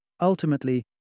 Ultimately